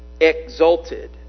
exalted